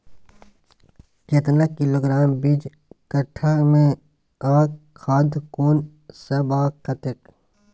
केतना किलोग्राम बीज कट्ठा मे आ खाद कोन सब आ कतेक?